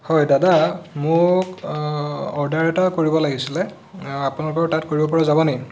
হয় দাদা মোক অৰ্ডাৰ এটা কৰিব লাগিছিলে আপোনালোকৰ তাত কৰিব পৰা যাব নি